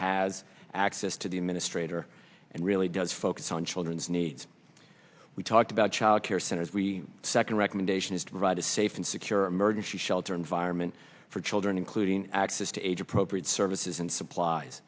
has access to the administrator and really does focus on children's needs we talked about child care centers we second recommendation is to provide a safe and secure emergency shelter environment for children including access to age appropriate services and supplies